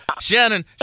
Shannon